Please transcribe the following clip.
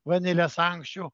vanilės ankščių